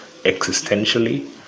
existentially